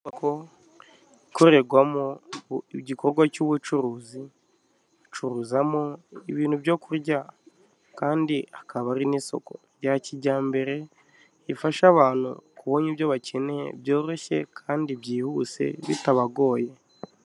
Inyubako ikorerwamo igikorwa cy'ubucuruzi icuruzamo ibintu byo kurya kandi akaba ari n'isoko rya kijyambere rifasha abantu kubona ibyo bakeneye byoroshye kandi byihuse bitabagoye.